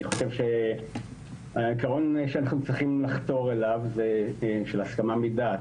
אני חושב שהעיקרון שאנחנו צריכים לחתום אליו הוא של הסכמה מדעת,